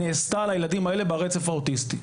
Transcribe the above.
נעשתה לילדים האלה ברצף האוטיסטי.